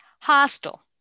Hostile